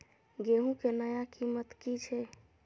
गेहूं के नया कीमत की छे?